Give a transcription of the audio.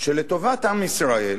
שלטובת עם ישראל,